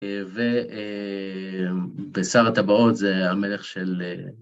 ובשר הטבעות זה המלך של...